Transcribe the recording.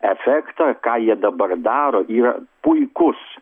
efektą ką jie dabar daro yra puikus